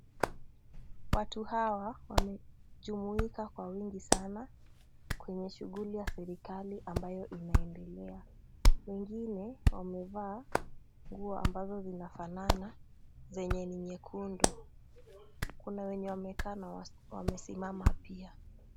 Watu hawa wamejumuika kwa wingi sana kwenye shughuli ya serikali ambayo inaendelea. Wengine wamevaa nguo ambazo zinafanana zenye ni nyekundu. Kuna wenye wamekaa na wamesimama pia.